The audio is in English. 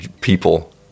people